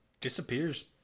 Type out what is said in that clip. disappears